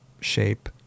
shape